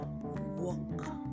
walk